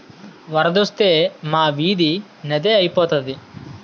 వరదొత్తే మా ఈది నదే ఐపోతాది